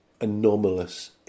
anomalous